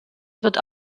wird